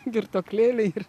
girtuoklėliai ir